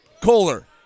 Kohler